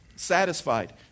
Satisfied